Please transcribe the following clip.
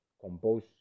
compose